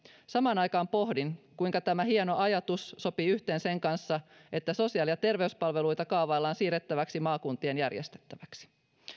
samaan aikaan pohdin kuinka tämä hieno ajatus sopii yhteen sen kanssa että sosiaali ja terveyspalveluita kaavaillaan siirrettäväksi maakuntien järjestettäväksi